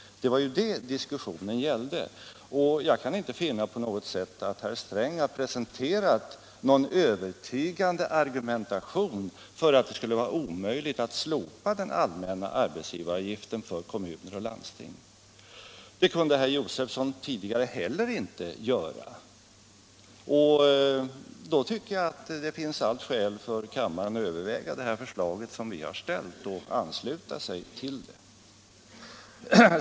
Det var det diskussionen gällde. Jag kan inte finna att herr Sträng har presenterat någon övertygande argumentation för att det skulle vara omöjligt att slopa den allmänna arbetsgivaravgiften för kommuner och landsting. Det kunde herr Josefson tidigare inte heller göra. Och då tycker jag att det finns allt skäl för riksdagen att överväga det förslag som vi har ställt och ansluta sig till det.